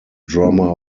drummer